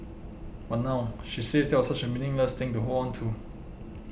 but now she says that was such a meaningless thing to hold on to